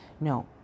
No